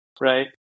right